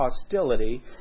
hostility